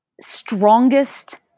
strongest